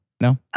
No